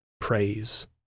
praise